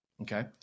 Okay